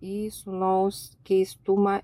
į sūnaus keistumą